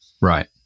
Right